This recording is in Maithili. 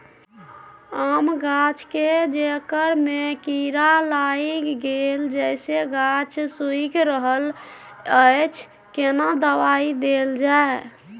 आम गाछ के जेकर में कीरा लाईग गेल जेसे गाछ सुइख रहल अएछ केना दवाई देल जाए?